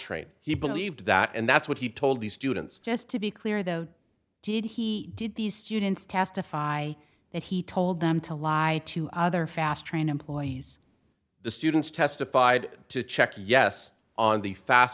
train he believed that and that's what he told the students just to be clear though did he did these students testify and he told them to lie to other fast train employees the students testified to check yes on the fast